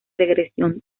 regresión